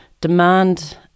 demand